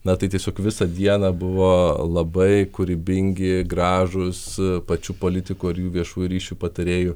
na tai tiesiog visą dieną buvo labai kūrybingi gražūs pačių politikų ar jų viešųjų ryšių patarėjų